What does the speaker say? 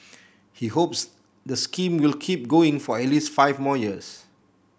he hopes the scheme will keep going for at least five more years